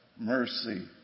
mercy